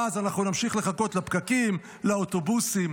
ואז אנחנו נמשיך לחכות בפקקים, לאוטובוסים.